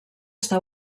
està